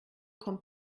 kommt